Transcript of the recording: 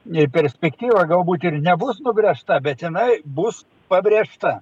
ne perspektyva galbūt ir nebus nugręžta bet jinai bus pabrėžta